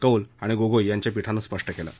कौल आणि गोगोई यांच्या पीठानं स्पष्ट केलं आहे